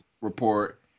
report